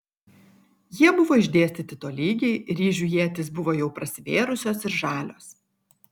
jie buvo išdėstyti tolygiai ryžių ietys buvo jau prasivėrusios ir žalios